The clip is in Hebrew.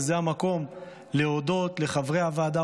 וזה המקום להודות לחברי הוועדה,